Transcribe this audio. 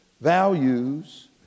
values